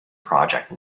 project